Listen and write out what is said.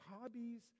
hobbies